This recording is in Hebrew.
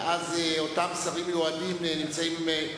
ואותם שרים מיועדים נמצאים אתם,